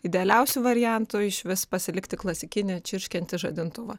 idealiausiu variantu išvis pasilikti klasikinį čirškiantį žadintuvą